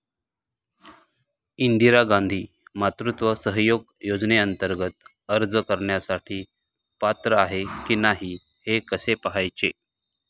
इंदिरा गांधी मातृत्व सहयोग योजनेअंतर्गत अर्ज करण्यासाठी पात्र आहे की नाही हे कसे पाहायचे?